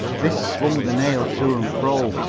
this swung the nail to and fro,